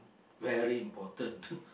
very important